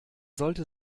sollte